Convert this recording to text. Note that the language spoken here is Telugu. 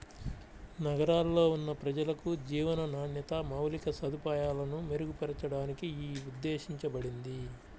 నగరాల్లో ఉన్న ప్రజలకు జీవన నాణ్యత, మౌలిక సదుపాయాలను మెరుగుపరచడానికి యీ ఉద్దేశించబడింది